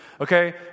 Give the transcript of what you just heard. Okay